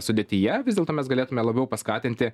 sudėtyje vis dėlto mes galėtume labiau paskatinti